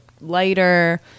lighter